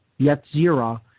Yetzira